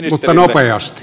mutta nopeasti